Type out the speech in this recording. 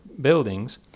buildings